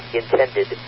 intended